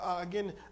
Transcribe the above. Again